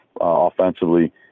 offensively